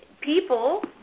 people